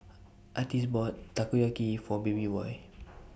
Artis bought Takoyaki For Babyboy